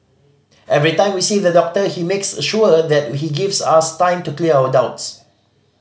every time we see the doctor he makes sure that he gives us time to clear our doubts